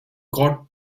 got